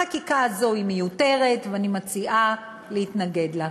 החקיקה הזאת היא מיותרת, ואני מציעה להתנגד לה.